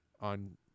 on